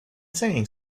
saying